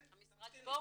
המשרד פה?